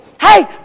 hey